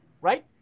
right